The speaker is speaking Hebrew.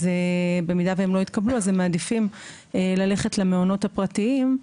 אז במידה והם לא יתקבלו אז הם מעדיפים ללכת למעונות הפרטיים,